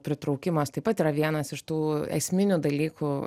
pritraukimas taip pat yra vienas iš tų esminių dalykų